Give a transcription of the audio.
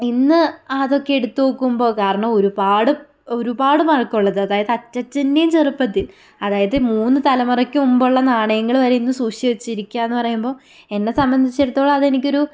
ഇന്ന് അതൊക്കെ എടുത്തു നോക്കുമ്പോൾ കാരണം ഒരുപാട് ഒരുപാട് നാൾക്കുള്ളത് അതായത് അച്ചച്ചൻ്റെയും ചെറുപ്പത്തിൽ അതായത് മൂന്ന് തലമുറയ്ക്ക് മുമ്പുള്ള നാണയങ്ങൾ വരെ ഇന്ന് സൂക്ഷിച്ച് വെച്ചിരിക്കുകയെന്ന് പറയുമ്പോൾ എന്നെ സംബന്ധിച്ചിടത്തോളം അതെനിക്ക് ഒരു